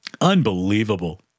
Unbelievable